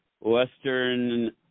Western